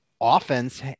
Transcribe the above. offense